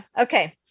Okay